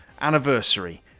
anniversary